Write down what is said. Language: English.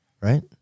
Right